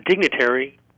dignitary